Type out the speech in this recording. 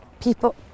People